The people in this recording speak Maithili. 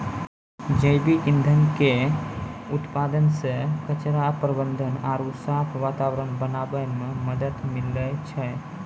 जैविक ईंधन के उत्पादन से कचरा प्रबंधन आरु साफ वातावरण बनाबै मे मदत मिलै छै